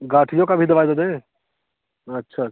गठिये का भी दवा दे दें अच्छा अच्छा